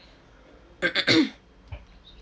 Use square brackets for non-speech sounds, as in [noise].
[coughs]